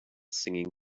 singing